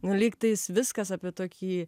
nu lygtais viskas apie tokį